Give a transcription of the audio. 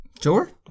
Sure